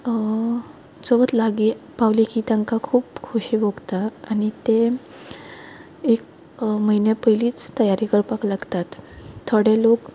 चवथ लागीं पावली की तांकां ती खोशी भोगता आनी ते एक म्हयने पयलींच तयारी करपाक लागतात थोडे लोक